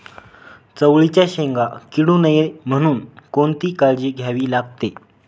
चवळीच्या शेंगा किडू नये म्हणून कोणती काळजी घ्यावी लागते?